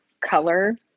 color